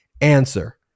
Answer